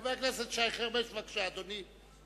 חבר הכנסת שי חרמש, בבקשה, אדוני.